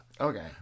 Okay